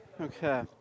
Okay